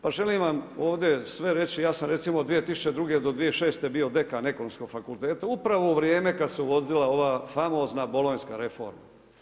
Pa želim vam ovdje sve reći, ja sam recimo 2002. do 2006. bio dekan Ekonomskog fakulteta upravo u vrijeme kada se uvodila ova famozna bolonjska reforma.